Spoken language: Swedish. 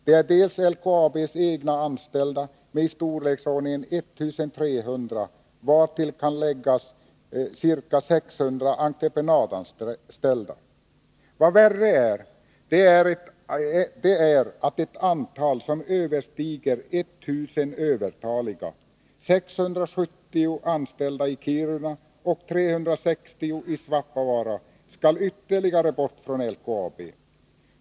Det är dels LKAB:s egna anställda, där minskningen är i storleksordningen 1 300, dels ca 600 entreprenadanställda. Vad värre är — antalet övertaliga överstiger 1 000. Ytterligare 670 anställda i Kiruna och 360 anställda i Svappavaara skall bort från LKAB.